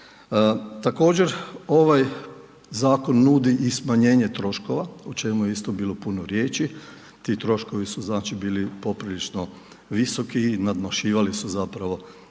Također ovaj zakon nudi i smanjenje troškova o čemu je bilo isto puno riječi. Ti troškovi su bili poprilično visoki i nadmašivali su